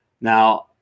Now